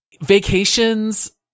Vacations